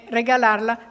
regalarla